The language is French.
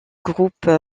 groupe